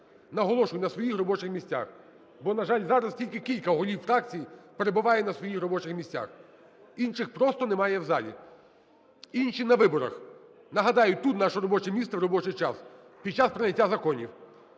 наголошую – на своїх робочих місцях. Бо на жаль, зараз тільки кілька голів фракцій перебуває на своїх робочих місцях, інших просто немає в залі, інші – на виборах. Нагадаю, тут наше робоче місце в робочий час під час прийняття законів.